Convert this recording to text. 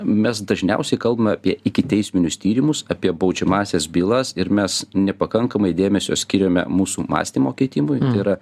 mes dažniausiai kalbame apie ikiteisminius tyrimus apie baudžiamąsias bylas ir mes nepakankamai dėmesio skiriame mūsų mąstymo keitimui tai yra